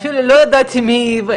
אפילו לא ידעתי מיהי,